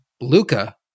Luca